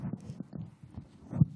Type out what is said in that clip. אדוני